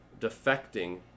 defecting